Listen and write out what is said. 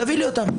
תביא לי אותם,